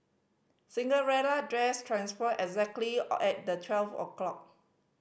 Cinderella dress transformed exactly all at the twelve o' clock